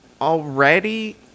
already